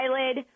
eyelid